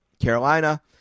Carolina